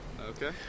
Okay